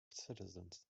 citizens